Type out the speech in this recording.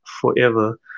forever